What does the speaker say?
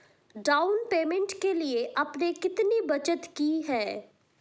Down payment के लिए आपने कितनी बचत की है?